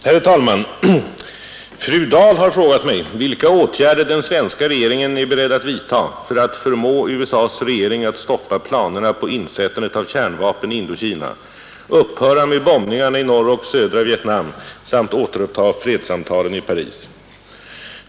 Herr talman! Fru Dahl har frågat mig vilka åtgärder den svenska regeringen är beredd att vidta för att förmå USA:s regering att stoppa planerna på insättandet av kärnvapen i Indokina, upphöra med bombningarna i norra och södra Vietnam samt återuppta fredssamtalen i Paris.